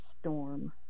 storm